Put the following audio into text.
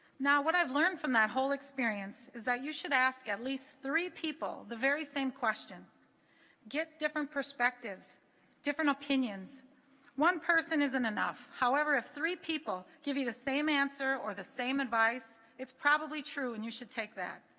now what i've learned from that whole experience is that you should ask at least three people the very same question get different perspectives different opinions one person isn't enough however if three people give you the same answer or the same advice it's probably true and you should take that